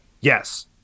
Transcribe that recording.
Yes